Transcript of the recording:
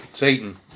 Satan